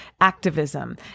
activism